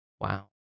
Wow